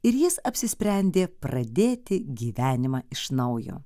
ir jis apsisprendė pradėti gyvenimą iš naujo